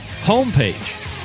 homepage